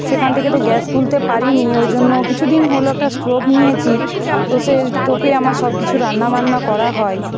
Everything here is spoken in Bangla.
সেখান থেকে তো গ্যাস তুলতে পারিই নি ওই জন্য কিছু দিন হলো একটা স্টোভ নিয়েছি তো সেই স্টোভে আমার সব কিছু রান্না বান্না করা হয়